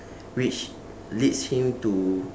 reach leads him to